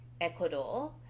Ecuador